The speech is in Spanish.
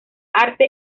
arte